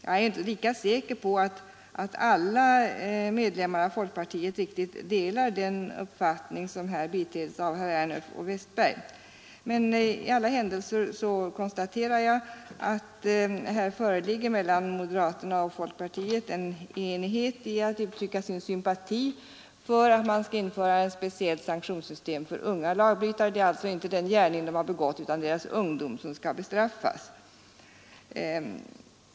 Jag är inte säker på att alla medlemmar av folkpartiet riktigt delar den uppfattning som har biträtts av herrar Ernulf och Westberg i Ljusdal, men i alla händelser konstaterar jag att det mellan moderaterna och folkpartiet föreligger enighet om att uttrycka sin sympati för införande av ett speciellt sanktionssystem för unga lagbrytare. Det är alltså inte den gärning de begått utan deras ungdom som skall bestraffas.